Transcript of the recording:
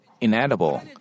inedible